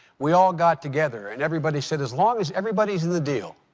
we all got together, and everybody said, as long as everybody's in the deal,